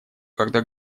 когда